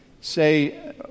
say